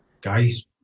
Guys